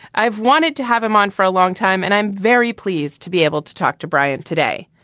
i've wanted to have him on for a long time and i'm very pleased to be able to talk to brian today.